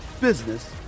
business